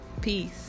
peace